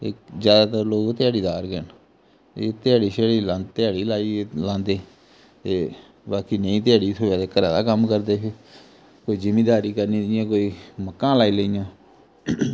ज्यादतर लोक ध्याड़ीदार गै न ध्याड़ी श्याड़ी लांदे ध्याड़ी लाई ऐ लांदे ते बाकी नेईं ध्याड़ी थ्होए ते घरा दा कम्म करदे फिर कोई जिमींदारी करनी जियां कोई मक्का लाई लेइयां